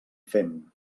fem